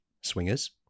Swingers